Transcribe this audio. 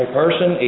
person